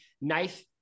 Knife-